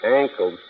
ankle